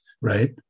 right